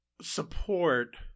support